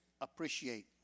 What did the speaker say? Appreciate